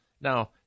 Now